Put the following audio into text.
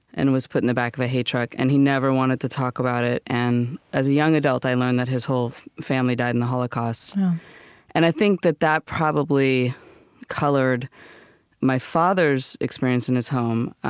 and was put in the back of a hay truck. and he never wanted to talk about it. and as a young adult, i learned that his whole family died in the holocaust and i think that that probably colored my father's experience in his home.